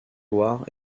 loire